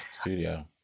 studio